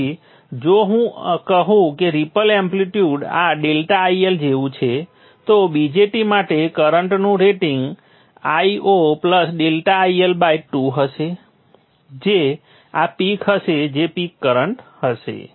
તેથી જો હું કહું કે રિપલ એમ્પ્લિટ્યૂડ આ ∆IL જેવું છે તો BJT માટે કરંટનું રેટિંગ Io ∆IL2 હશે જે આ પીક હશે જે પીક કરંટ હશે